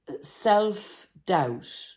self-doubt